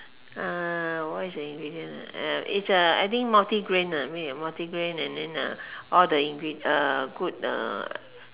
uh what is the ingredient uh it's uh I think multigrain ah I mean multigrain and then uh all the ingredient uh good uh